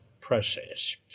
process